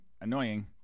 annoying